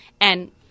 And-